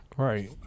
Right